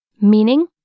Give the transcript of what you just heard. Meaning